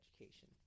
education